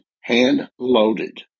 hand-loaded